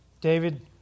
David